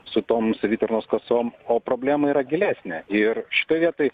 su tom savitarnos kasoms o problema yra gilesnė ir šitoj vietoj